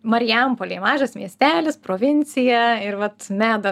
marijampolė mažas miestelis provincija ir vat meda